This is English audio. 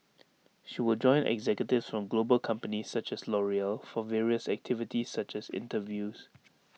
she will join executives from global companies such as L'Oreal for various activities such as interviews